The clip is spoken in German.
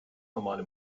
normale